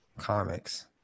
comics